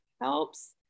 helps